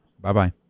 Bye-bye